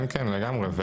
כן, לגמרי.